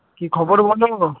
কী খবর বলো